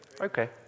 Okay